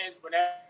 whenever